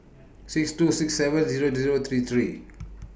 six two six seven Zero Zero three three